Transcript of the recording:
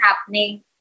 happening